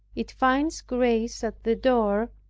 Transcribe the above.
it finds grace at the door,